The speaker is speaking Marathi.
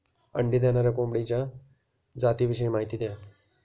अंडी देणाऱ्या कोंबडीच्या जातिविषयी माहिती द्या